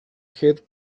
head